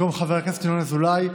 במקום חבר הכנסת ינון אזולאי,